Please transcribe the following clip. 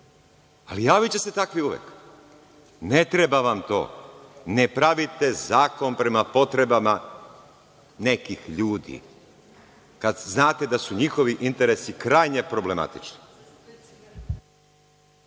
Ali, javiće se takvi uvek. Ne treba vam to, ne pravite zakon prema potrebama nekih ljudi, kada znate da su njihovi interesi krajnje problematični.